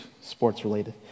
sports-related